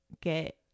get